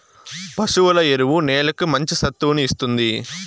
పశువుల ఎరువు నేలకి మంచి సత్తువను ఇస్తుంది